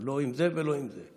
לא עם זה ולא עם זה.